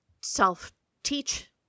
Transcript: self-teach